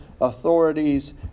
authorities